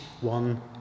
one